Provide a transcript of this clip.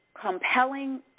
compelling